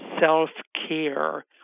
self-care